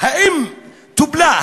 האם טופלה,